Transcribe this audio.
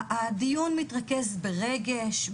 הדיון מתרכז ברגש,